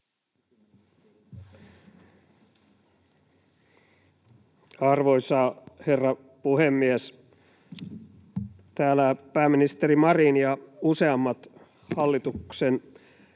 Arvoisa herra puhemies! Täällä pääministeri Marin ja useammat hallituksen